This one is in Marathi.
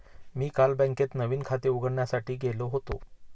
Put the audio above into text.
मी काल बँकेत नवीन खाते उघडण्यासाठी गेलो होतो